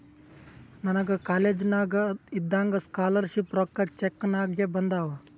ನನಗ ಕಾಲೇಜ್ನಾಗ್ ಇದ್ದಾಗ ಸ್ಕಾಲರ್ ಶಿಪ್ ರೊಕ್ಕಾ ಚೆಕ್ ನಾಗೆ ಬಂದಾವ್